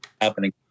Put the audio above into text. happening